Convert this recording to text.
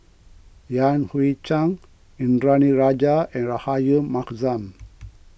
Yan Hui Chang Indranee Rajah and Rahayu Mahzam